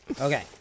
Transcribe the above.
Okay